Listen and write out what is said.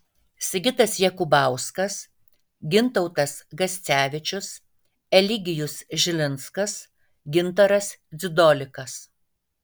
sigitas jakubauskas gintautas gascevičius eligijus žilinskas gintaras dzidolikas